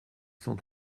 cent